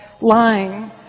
lying